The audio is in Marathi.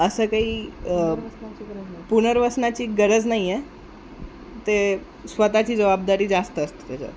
असं काही पुनर्वसनाची गरज नाही आहे ते स्वत ची जबाबदारी जास्त असते त्याच्यात